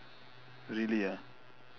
really ah